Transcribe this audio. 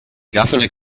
governor